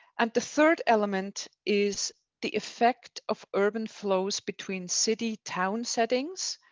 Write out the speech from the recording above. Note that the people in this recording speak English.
and the third element is the effect of urban flows between city town settings,